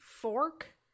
fork